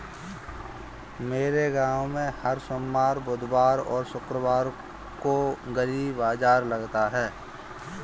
मेरे गांव में हर सोमवार बुधवार और शुक्रवार को गली बाजार लगता है